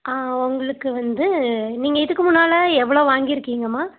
ஆ உங்களுக்கு வந்து நீங்கள் இதுக்கு முன்னால் எவ்வளோ வாங்கிருக்கீங்கம்மா